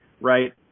right